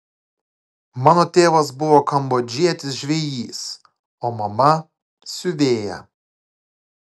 mano tėvas buvo kambodžietis žvejys o mama siuvėja